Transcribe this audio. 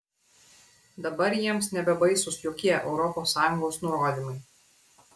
dabar jiems nebebaisūs jokie europos sąjungos nurodymai